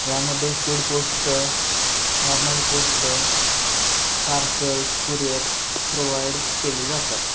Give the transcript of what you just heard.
यामध्ये स्पीड पोस्टं नॉर्मल पोस्टं पार्सल्स कुरियर्स प्रोवाईड केले जातात